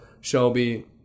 shelby